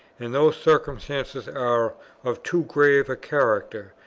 and those circumstances are of too grave a character,